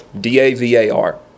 D-A-V-A-R